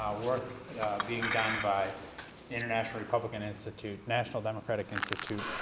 work being done by international republican institute, national democrat institute,